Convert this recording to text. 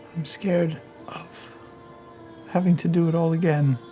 i'm scared of having to do it all again.